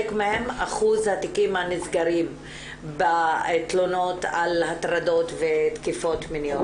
אחוז התיקים הנסגרים בתלונות על הטרדות ותקיפות מיניות,